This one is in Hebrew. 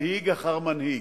מנהיג אחר מנהיג,